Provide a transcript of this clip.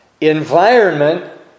environment